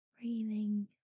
breathing